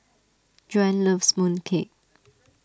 Joan loves Mooncake